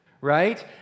right